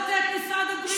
משרד הבריאות,